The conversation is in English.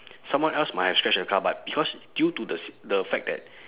someone else might have scratched the car but because due to the sit~ the fact that